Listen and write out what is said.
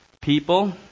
people